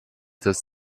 das